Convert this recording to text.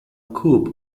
coup